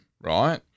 right